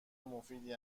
مفیدی